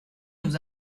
nous